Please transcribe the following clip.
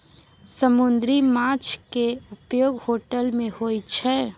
समुन्दरी माछ केँ उपयोग होटल मे होइ छै